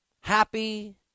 Happy